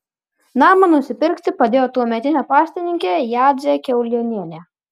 namą nusipirkti padėjo tuometinė paštininkė jadzė kiaulėnienė